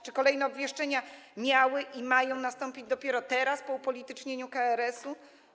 Czy kolejne obwieszczenia miały i mają nastąpić dopiero teraz, po upolitycznieniu KRS-u?